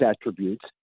attributes